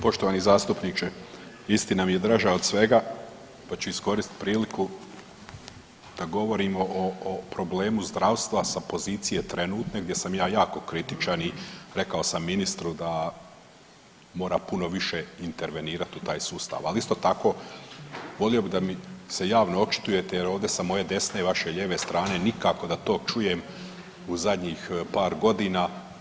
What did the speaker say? Poštovani zastupniče, istina mi je draža od svega pa ću iskoristit priliku da govorim o problemu zdravstva sa pozicije trenutne, gdje sam ja jako kritičan i rekao sam ministru da mora puno više intervenirat u taj sustav, ali isto tako volio bi da mi se javno očitujete jer ovdje sa moje desne i vaše lijeve strane nikako da to čujem u zadnjih par godina.